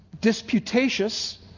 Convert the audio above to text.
disputatious